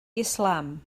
islam